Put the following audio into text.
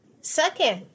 Second